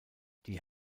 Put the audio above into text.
die